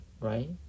right